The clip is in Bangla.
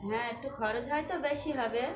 হ্যাঁ একটু খরচ হয় তো বেশি হবে